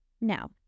Now